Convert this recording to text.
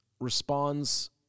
responds